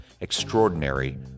Extraordinary